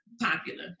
popular